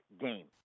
game